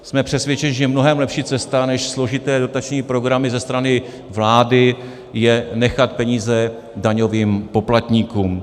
Jsme přesvědčeni, že mnohem lepší cesta než složité dotační programy ze strany vlády je nechat peníze daňovým poplatníkům.